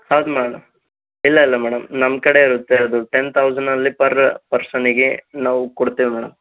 ಹೌದು ಮೇಡಮ್ ಇಲ್ಲ ಇಲ್ಲ ಮೇಡಮ್ ನಮ್ಮ ಕಡೆ ಇರುತ್ತೆ ಅದು ಟೆನ್ ತೌಸಂಡಲ್ಲಿ ಪರ್ ಪರ್ಸನಿಗೆ ನಾವು ಕೊಡ್ತೇವೆ ಮೇಡಮ್